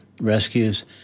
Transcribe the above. rescues